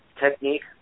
technique